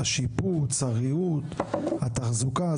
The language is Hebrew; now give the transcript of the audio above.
השיפוץ, הריהוט, התחזוקה.